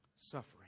Suffering